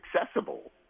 accessible